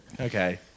Okay